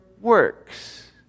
works